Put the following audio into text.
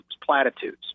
platitudes